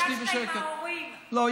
אני מבקר שם ורואה אם